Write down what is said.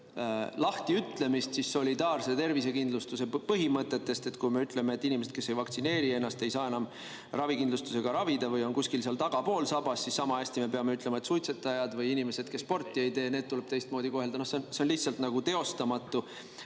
lahtiütlemist solidaarse tervisekindlustuse põhimõtetest. Kui me ütleme, et inimesed, kes ei vaktsineeri ennast, ei saa enam end ravikindlustusega ravida või on kuskil seal tagapool sabas, siis samahästi me peame ütlema, et suitsetajaid või inimesi, kes sporti ei tee, tuleb teistmoodi kohelda. See on lihtsalt teostamatu,